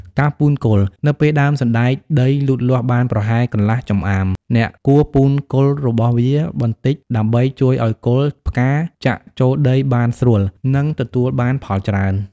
ការពូនគល់ នៅពេលដើមសណ្ដែកដីលូតលាស់បានប្រហែលកន្លះចម្អាម អ្នកគួរពូនគល់របស់វាបន្តិចដើម្បីជួយឱ្យគល់ផ្កាចាក់ចូលដីបានស្រួល និងទទួលបានផលច្រើន។